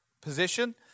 position